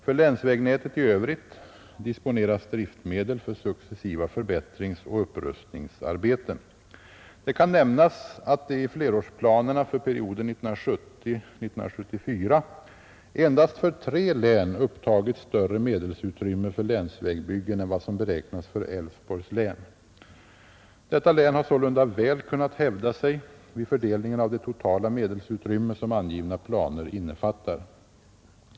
För länsvägnätet i övrigt disponeras driftmedel för successiva förbättringsoch upprustningsarbeten. Det kan nämnas att det i flerårsplanerna för perioden 1970-1974 endast för tre län upptagits större medelsutrymme för länsvägbyggen än vad som beräknas för Älvsborgs län. Detta län har sålunda väl kunnat hävda sig vid fördelningen av det totala medelsutrymme som angivna planer innefattar.